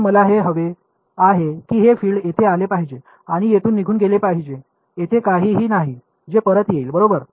तर मला हे हवे आहे की हे फील्ड येथे आले पाहिजे आणि येथून निघून गेले पाहिजे तेथे काहीही नाही जे परत येईल बरोबर